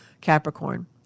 Capricorn